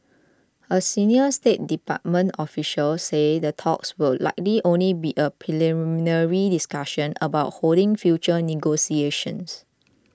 a senior State Department official said the talks would likely only be a preliminary discussion about holding future negotiations